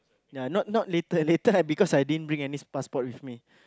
ya not not later later I because I didn't bring any passport with me